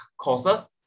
courses